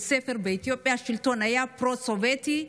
ספר באתיופיה השלטון היה פרו-סובייטי,